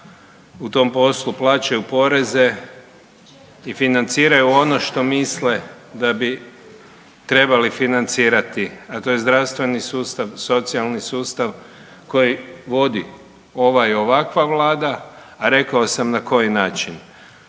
U tom poslu plaćaju poreze i financiraju ono što misle da bi trebali financirati, a to je zdravstveni sustav, socijalni sustav koji vodi ova i ovakva Vlada a rekao sam na koji način.